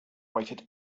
waited